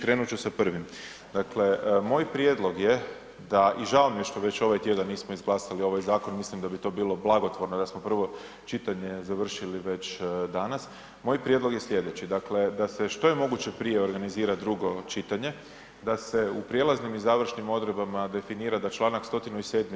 Krenut ću sa prvim, dakle moj prijedlog je da i žao mi je što već ovak tjedan nismo izglasali ovaj zakon, mislim da bi to bilo blagotvorno da smo prvo čitanje završili već danas, moj prijedlog je slijedeći, dakle da se što je moguće prije organizira drugo čitanje, da se u prijelaznim i završnim odredbama definira da članak 107.